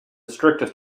strictest